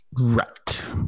right